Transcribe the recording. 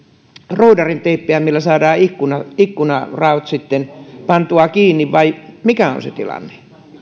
roudarinteippiä millä saadaan ikkunanraot ikkunanraot sitten pantua kiinni vai mikä on se tilanne